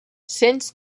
since